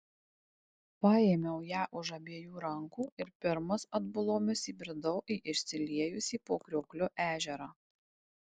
paėmiau ją už abiejų rankų ir pirmas atbulomis įbridau į išsiliejusį po kriokliu ežerą